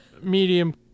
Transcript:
medium